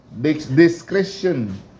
discretion